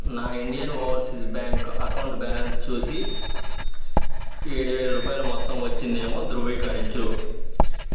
నా Indian Overseas Bank account balance చూసి ఏడు వేల రూపాయలు మొత్తం వచ్చిందేమో ధృవీకరించు